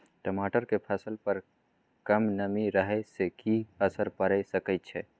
टमाटर के फसल पर कम नमी रहै से कि असर पैर सके छै?